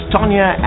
Tanya